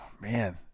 Man